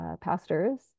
pastors